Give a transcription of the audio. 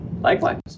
Likewise